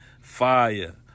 Fire